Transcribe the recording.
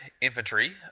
infantry